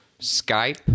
Skype